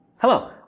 Hello